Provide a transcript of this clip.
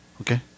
Okay